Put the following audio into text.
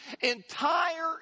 entire